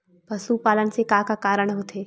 पशुपालन से का का कारण होथे?